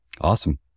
Awesome